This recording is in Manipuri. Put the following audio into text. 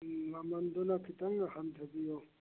ꯃꯃꯜꯗꯨꯅ ꯈꯤꯇꯪ ꯍꯟꯊꯕꯤꯌꯣ